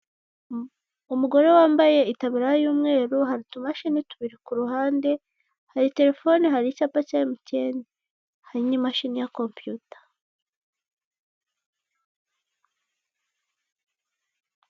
Umugore wambaye itaburiya y'umweru hari utumashini tubiri ku ruhande, hari telefone, hari icyapa cya emutiyeni hari n'imashini ya kompiyuta.